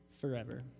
forever